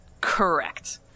correct